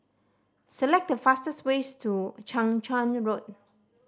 select the fastest ways to Chang Charn Road